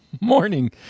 morning